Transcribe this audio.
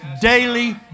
daily